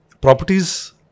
Properties